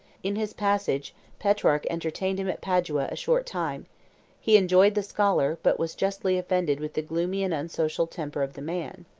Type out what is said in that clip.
in his passage, petrarch entertained him at padua a short time he enjoyed the scholar, but was justly offended with the gloomy and unsocial temper of the man.